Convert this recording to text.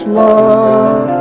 love